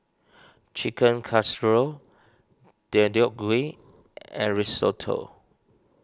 Chicken Casserole Deodeok Gui and Risotto